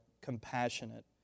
compassionate